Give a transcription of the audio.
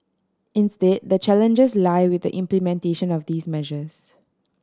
instead the challenges lie with the implementation of these measures